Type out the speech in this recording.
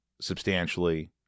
substantially